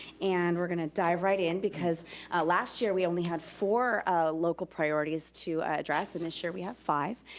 and we're gonna dive right in because last year, we only had four local priorities to address, and this year we have five.